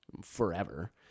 forever